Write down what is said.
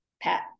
pat